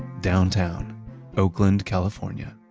downtown oakland california